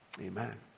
amen